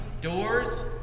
doors